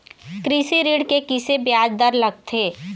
कृषि ऋण के किसे ब्याज दर लगथे?